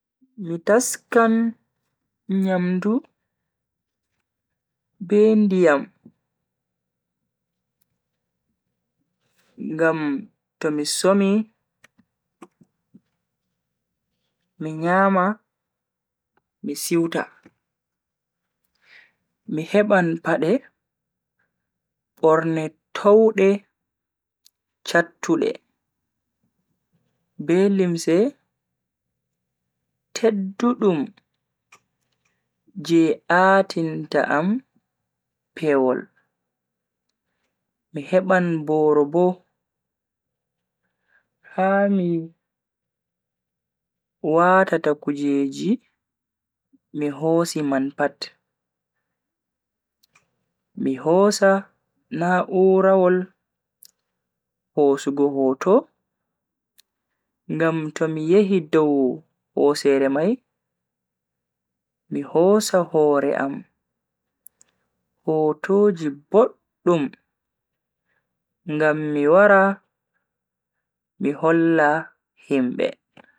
Mi taskan nyamdu be ndiyam ngam tomi somi mi nyama mi siwta. mi heban pade borne towde chattude be limse teddudum je a'tinta am pewol, mi heban boro bo ha mi watata kujeji mi hosi man pat. mi hosa na'urawol hosugo hoto ngam to mi yehi dow hosere mai MI hosa hore am hotoji boddum ngam mi wara MI holla himbe.